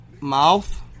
Mouth